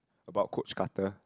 about Coach-Carter